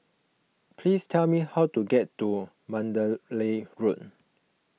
please tell me how to get to Mandalay Road